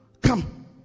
Come